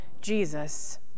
Jesus